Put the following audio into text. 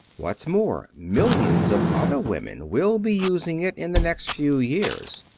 what's more, millions of other women will be using it in the next few years.